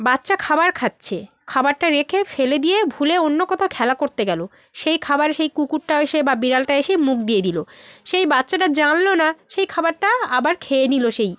বাচ্চা খাবার খাচ্ছে খাবারটা রেখে ফেলে দিয়ে ভুলে অন্য কোথাও খেলা করতে গেল সেই খাবারে সেই কুকুরটা এসে বা বিড়ালটা এসে মুখ দিয়ে দিল সেই বাচ্চাটা জানলো না সেই খাবারটা আবার খেয়ে নিল সেই